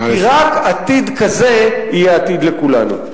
כי רק עתיד כזה יהיה עתיד לכולנו.